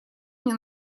мне